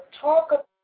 talk